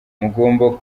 mugomba